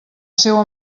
seua